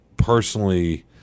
Personally